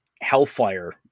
Hellfire